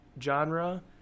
genre